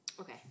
Okay